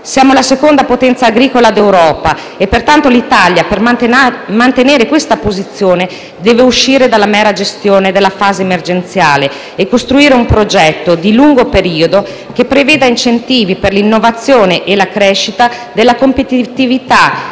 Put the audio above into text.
Siamo la seconda potenza agricola d'Europa e pertanto l'Italia, per mantenere questa posizione, deve uscire dalla mera gestione della fase emergenziale e costruire un progetto di lungo periodo che preveda incentivi per l'innovazione e la crescita della competitività,